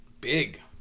Big